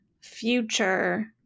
future